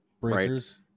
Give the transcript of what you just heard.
breakers